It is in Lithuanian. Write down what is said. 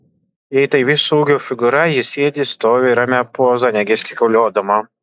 jei tai viso ūgio figūra ji sėdi stovi ramia poza negestikuliuodama